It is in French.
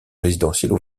résidentielle